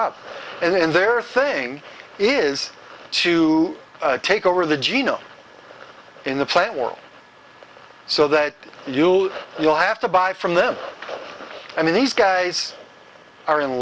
up and their thing is to take over the geno in the plant world so that you'll you'll have to buy from them i mean these guys are in